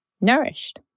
nourished